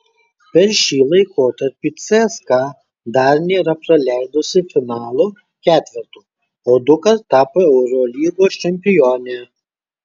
per šį laikotarpį cska dar nėra praleidusi finalo ketverto o dukart tapo eurolygos čempione